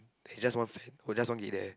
is just one friend there was just one gate there